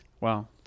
wow